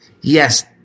Yes